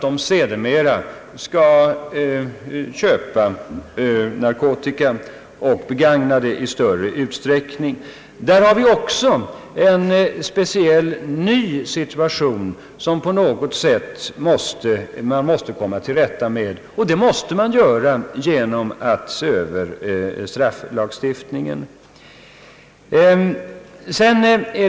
Det är en speciell och ny situation som vi på något sätt måste komma till rätta med, och det måste ske genom en översyn av strafflagstiftningen.